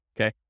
okay